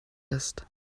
ist